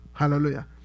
Hallelujah